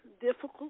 difficult